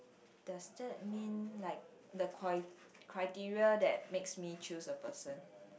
does that mean like the coi~ criteria that makes me choose a person